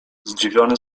zdziwiony